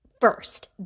first